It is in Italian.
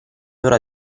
ora